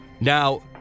Now